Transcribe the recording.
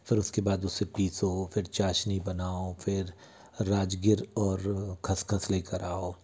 फिर उसके बाद उसे पीसो फिर चाशनी बनाओ फिर राजगिर और खसखस ले कर आओ